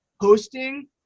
hosting